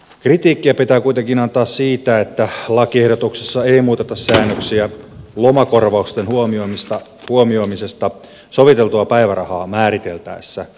kritiikkiä pitää kuitenkin antaa siitä että lakiehdotuksessa ei muuteta säännöksiä lomakorvausten huomioimisesta soviteltua päivärahaa määriteltäessä